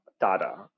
data